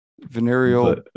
venereal